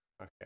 Okay